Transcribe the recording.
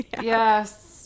yes